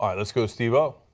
um let's go steve o.